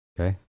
Okay